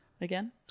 again